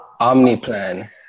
Omniplan